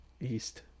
east